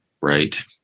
Right